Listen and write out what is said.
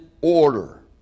order